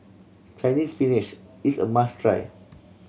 Chinese Spinach is a must try